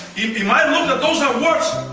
in my look those are words,